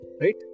Right